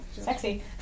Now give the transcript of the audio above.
Sexy